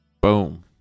Boom